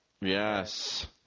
Yes